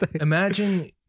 imagine